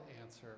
answer